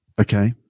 Okay